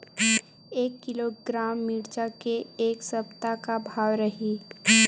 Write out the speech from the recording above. एक किलोग्राम मिरचा के ए सप्ता का भाव रहि?